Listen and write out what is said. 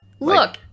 Look-